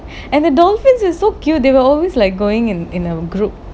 and the dolphins is so cute they will always like going and in a group